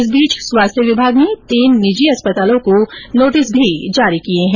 इस बीच स्वास्थ्य विभाग ने तीन निजी अस्पतालों को नोटिस भी जारी किए है